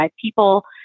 people